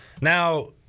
Now